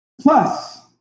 Plus